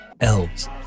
Elves